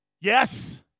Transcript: Yes